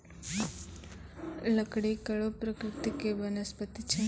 लकड़ी कड़ो प्रकृति के वनस्पति छै